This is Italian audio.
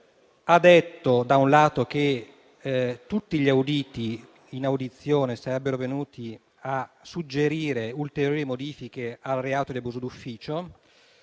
condivido, dicendo che tutti gli auditi in audizione sarebbero venuti a suggerire ulteriori modifiche al reato di abuso d'ufficio,